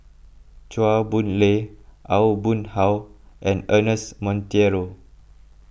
Chua Boon Lay Aw Boon Haw and Ernest Monteiro